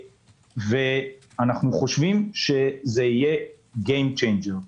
אנחנו חושבים שזה יהיה Game changer.